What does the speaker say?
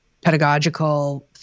pedagogical